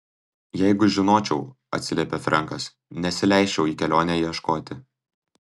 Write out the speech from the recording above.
jeigu žinočiau atsiliepė frenkas nesileisčiau į kelionę ieškoti